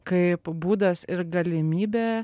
kaip būdas ir galimybė